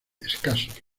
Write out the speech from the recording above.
escasos